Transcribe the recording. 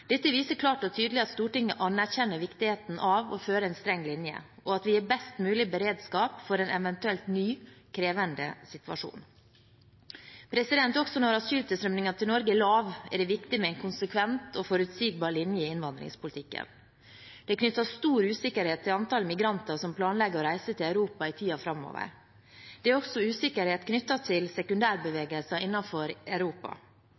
Dette viser klart og tydelig at Stortinget anerkjenner viktigheten av å føre en streng linje, og at vi har best mulig beredskap for en eventuell ny og krevende situasjon. Også når asylstilstrømningen til Norge er lav, er det viktig med en konsekvent og forutsigbar linje i innvandringspolitikken. Det er knyttet stor usikkerhet til antall migranter som planlegger å reise til Europa i tiden framover. Det er også usikkerhet knyttet til sekundærbevegelser innenfor Europa.